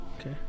Okay